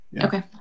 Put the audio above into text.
Okay